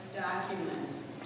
documents